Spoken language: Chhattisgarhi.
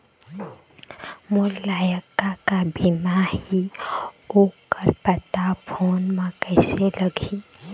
मोर लायक का का बीमा ही ओ कर पता फ़ोन म कइसे चलही?